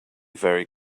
very